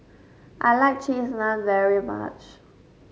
I like Cheese Naan very much